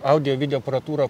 audio video aparatūra